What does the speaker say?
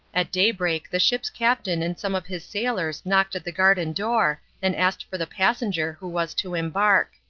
at daybreak the ship's captain and some of his sailors knocked at the garden door and asked for the passenger who was to embark.